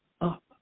up